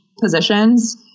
positions